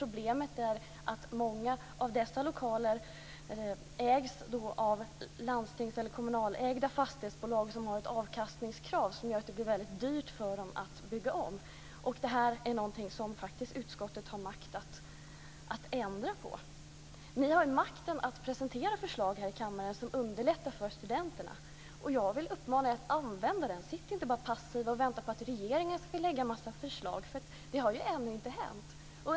Problemet är bara att många av dessa lokaler ägs av landstings eller kommunalägda fastighetsbolag som har ett avkastningskrav som gör att det blir väldigt dyrt med en ombyggnad. Detta är faktiskt någonting som utskottet har makt att ändra på. Jag vill uppmana er att använda er av den. Sitt inte bara där passiva och vänta på att regeringen ska lägga fram en massa förslag, för det har ännu inte hänt.